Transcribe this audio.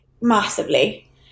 massively